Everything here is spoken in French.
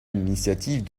l’initiative